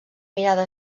mirada